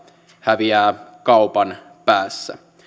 häviää kaupan päässä